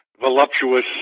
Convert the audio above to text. voluptuous